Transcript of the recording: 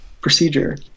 procedure